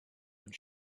and